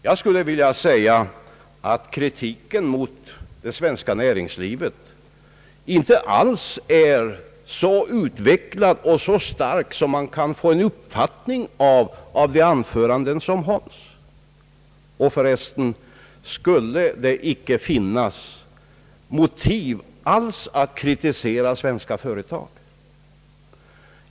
Jag skulle vilja säga att kritiken mot det svenska näringslivet inte alls är så utvecklad och stark, som man kan få intryck av genom de anföranden som hålls. Och för övrigt: skulle det inte alls finnas motiv för att kritisera svenska företag?